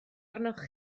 arnoch